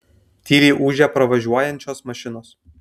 tyliai ūžia pravažiuojančios mašinos